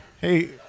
Hey